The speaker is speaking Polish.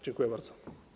Dziękuję bardzo.